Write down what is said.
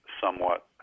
somewhat